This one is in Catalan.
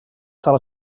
tal